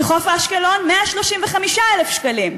בחוף-אשקלון, 135,000 שקלים.